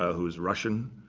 who is russian,